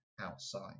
outside